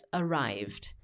arrived